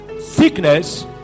sickness